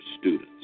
students